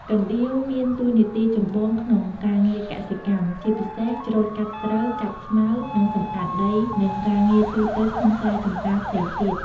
កណ្ដៀវមានតួនាទីចម្បងក្នុងការងារកសិកម្ម ជាពិសេស ច្រូតកាត់ស្រូវ កាត់ស្មៅ និងសម្អាតដី និងការងារទូទៅក្នុងស្រែចំការផ្សេងទៀត។